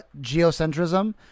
geocentrism